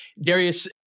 Darius